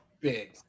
big